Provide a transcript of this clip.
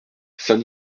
saint